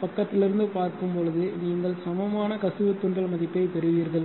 பக்கத்திலிருந்து பார்க்கும்போது நீங்கள் சமமான கசிவு தூண்டல் மதிப்பைப் பெறுவீர்கள்